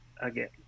again